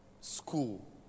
school